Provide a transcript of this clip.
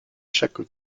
chaque